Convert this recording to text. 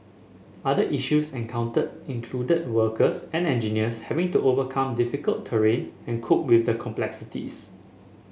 other issues encountered included workers and engineers having to overcome difficult terrain and cope with the complexities